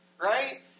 right